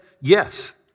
yes